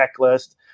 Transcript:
checklist